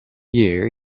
year